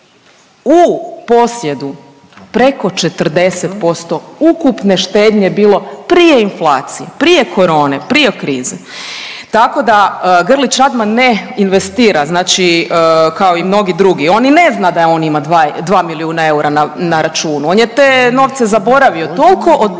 u posjedu preko 40% ukupne štednje bilo prije inflacije, prije korone, prije krize. Tako da, Grlić Radman ne investira, znači kao i mnogi drugi, on i ne zna da on ima 2 milijuna eura na računu, on je te novce zaboravio, toliko o